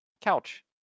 couch